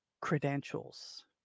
credentials